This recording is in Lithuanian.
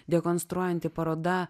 dekonstruojanti paroda